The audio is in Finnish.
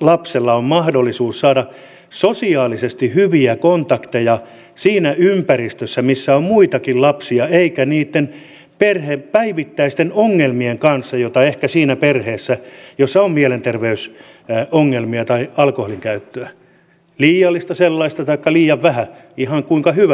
lapsella on mahdollisuus saada sosiaalisesti hyviä kontakteja siinä ympäristössä missä on muitakin lapsia eikä kohdata niitä perheen päivittäisiä ongelmia joita siinä perheessä ehkä on jossa on mielenterveysongelmia tai alkoholinkäyttöä liiallista sellaista taikka liian vähäistä ihan kuinka hyvänsä